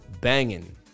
banging